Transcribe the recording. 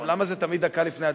עכשיו, למה זה תמיד דקה לפני הצבעה?